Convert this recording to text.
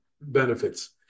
benefits